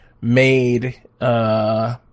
made